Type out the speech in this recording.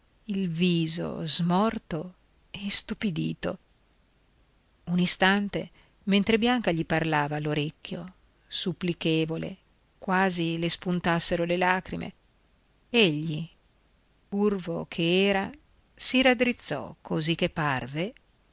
il viso smorto e istupidito un istante mentre bianca gli parlava all'orecchio supplichevole quasi le spuntassero le lagrime egli di curvo che era si raddrizzò così che parve